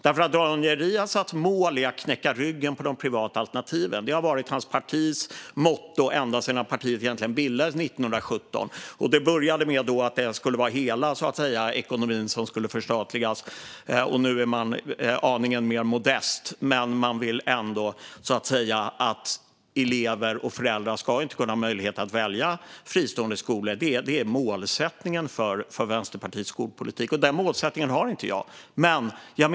Daniel Riazats mål är att knäcka ryggen på de privata alternativen. Det har egentligen varit hans partis motto ända sedan partiet bildades 1917. Det började med att hela ekonomin skulle förstatligas. Nu är man aningen mer modest, men man vill ändå att elever och föräldrar inte ska ha möjlighet att välja fristående skolor. Det är målsättningen för Vänsterpartiets skolpolitik. Den målsättningen har inte jag.